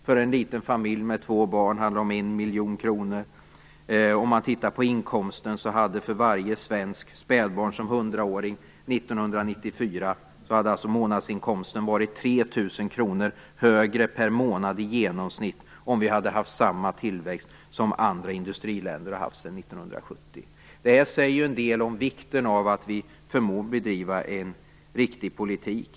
För en liten familj med två barn handlar det om 3 000 kr högre per månad, om vi hade haft samma tillväxt som andra industriländer har haft sedan 1970. Det säger en del om vikten av att vi förmår driva en riktig politik.